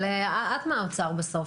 אבל את מהאוצר בסוף.